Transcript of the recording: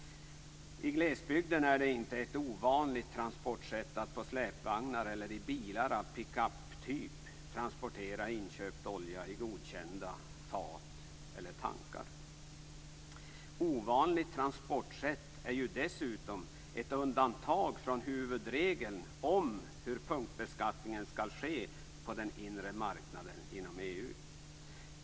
I glesbygden är det inte ett ovanligt transportsätt att på släpvagnar eller i bilar av pickup-typ transportera inköpt olja i godkända fat eller tankar. Ovanligt transportsätt är dessutom ett undantag från huvudregeln om hur punktbeskattningen skall ske på den inre marknaden inom EU.